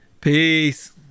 peace